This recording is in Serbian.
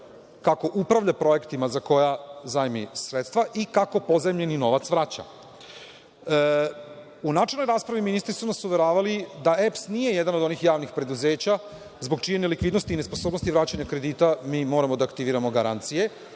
kako upravlja projektima za koja zajmi sredstva i kako pozajmljeni novac vraća.U načelnoj raspravi ministri su nas uveravali da EPS nije jedno od onih javnih preduzeća zbog čije nelikvidnosti i nesposobnosti vraćanje kredita mi moramo da aktiviramo garancije